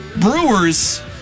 Brewers